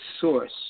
source